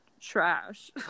trash